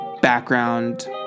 background